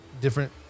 different